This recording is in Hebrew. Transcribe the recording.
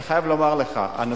אני חייב לומר לך.